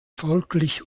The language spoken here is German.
folglich